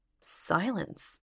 silence